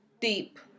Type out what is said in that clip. deep